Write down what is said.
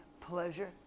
pleasure